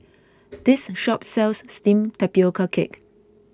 this shop sells Steamed Tapioca Cake